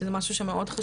זה משהו שממש חשוב.